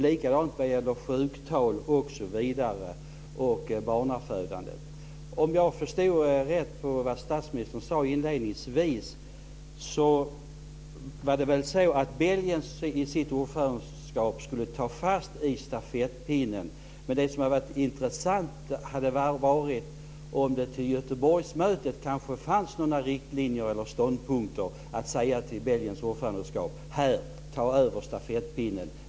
Likadant vad gäller sjuktal och barnafödande. Om jag förstod det statsministern sade inledningsvis rätt skulle Belgien som ordförandeland ta fatt stafettpinnen. Det som hade varit intressant hade varit om det till Göteborgsmötet kanske funnits några riktlinjer över ståndpunkter så att man till Belgiens ordförandegrupp kunnat säga: Ta över stafettpinnen!